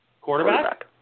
Quarterback